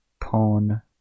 pawn